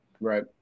right